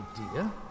idea